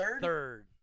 third